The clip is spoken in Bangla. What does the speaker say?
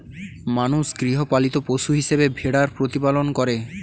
মানুষ গৃহপালিত পশু হিসেবে ভেড়ার প্রতিপালন করে